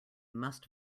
must